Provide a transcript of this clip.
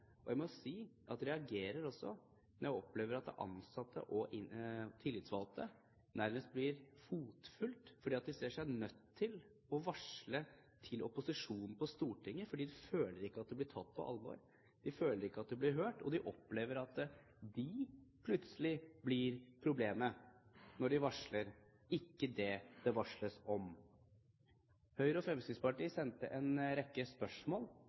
Jeg må si at jeg reagerer også når jeg opplever at ansatte og tillitsvalgte nærmest blir fotfulgt fordi de ser seg nødt til å varsle til opposisjonen på Stortinget, for de føler at de ikke blir tatt på alvor, de føler at de ikke blir hørt, og de opplever at de plutselig blir problemet når de varsler, ikke det det varsles om. Høyre og Fremskrittspartiet sendte en rekke spørsmål